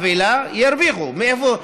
איוב קרא: בחבילות ירוויחו כסף.